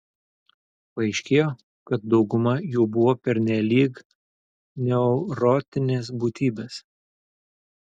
paaiškėjo kad dauguma jų buvo pernelyg neurotinės būtybės